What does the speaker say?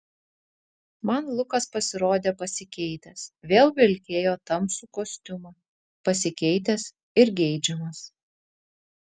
man lukas pasirodė pasikeitęs vėl vilkėjo tamsų kostiumą pasikeitęs ir geidžiamas